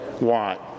want